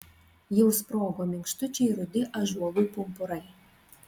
jau sprogo minkštučiai rudi ąžuolų pumpurai